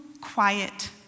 quiet